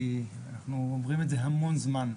אנחנו אומרים את זה המון זמן.